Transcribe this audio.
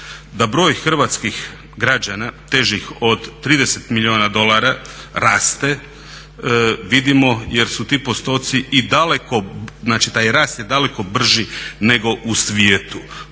Da broj hrvatskih građana težih od 30 milijuna dolara raste vidimo jer su ti postoci i daleko, znači taj rast je daleko brži nego u svijetu.